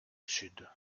sud